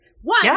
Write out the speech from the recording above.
one